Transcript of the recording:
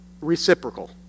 reciprocal